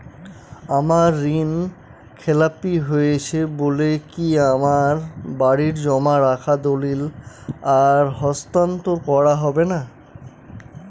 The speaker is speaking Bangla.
আমার ঋণ খেলাপি হয়েছে বলে কি আমার বাড়ির জমা রাখা দলিল আর হস্তান্তর করা হবে না?